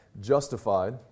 justified